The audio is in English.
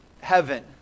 heaven